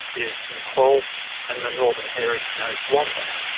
the eastern quoll and the northern hairy nosed wombat.